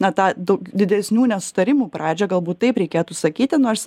na tą daug didesnių nesutarimų pradžią galbūt taip reikėtų sakyti nors